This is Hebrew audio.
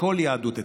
מכל יהדות אתיופיה: